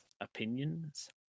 opinions